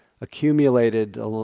accumulated